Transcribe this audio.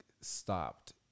stopped